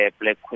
Black